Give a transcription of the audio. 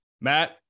Matt